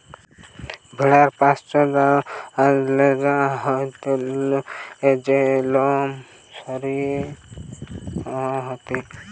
ভেড়ার পশ্চাৎ আর ল্যাজ হইতে যে থেকে লোম সরিয়ে লওয়া হতিছে